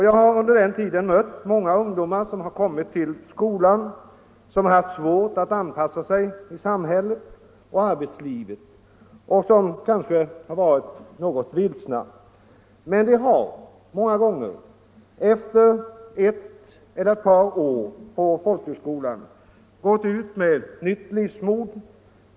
Jag har under den tiden mött många ungdomar som kommit till skolan och som haft svårt att anpassa sig i samhället och arbetslivet och kanske varit något vilsna. Men de har många gånger efter ett eller ett par år på folkhögskolan gått ut med nytt livsmod.